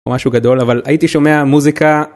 משהו גדול אבל הייתי שומע מוזיקה.